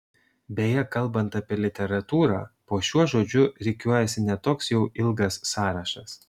beje kalbant apie literatūrą po šiuo žodžiu rikiuojasi ne toks jau ilgas sąrašas